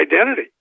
identity